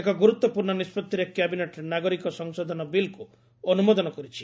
ଏକ ଗୁରୁତ୍ୱପୂର୍ଣ୍ଣ ନିଷ୍କଭିରେ କ୍ୟାବିନେଟ୍ ନାଗରିକ ସଂଶୋଧନ ବିଲ୍କୁ ଅନୁମୋଦନ କରିଛି